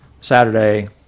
Saturday